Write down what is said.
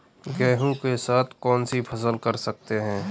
गेहूँ के साथ कौनसी फसल कर सकते हैं?